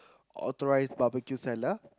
authorized Barbecue seller